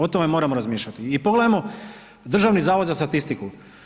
O tome moramo razmišljati i pogledajmo, Državni zavod za statistiku.